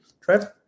Trev